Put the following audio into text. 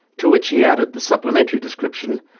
to which he added the supplementary description,